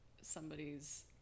somebody's